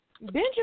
Benjamin